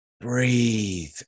breathe